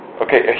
Okay